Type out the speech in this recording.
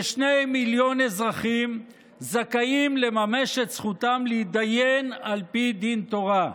כשני מיליון אזרחים זכאים לממש את זכותם להתדיין על פי דין תורה.